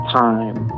time